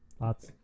Lots